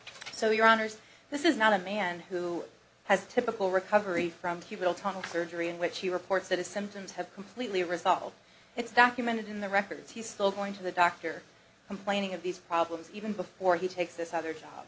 so your honour's this is not a man who has a typical recovery from cubicle tunnel surgery in which he reports that his symptoms have completely resolved it's documented in the records he's still going to the doctor complaining of these problems even before he takes this other job